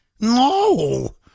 no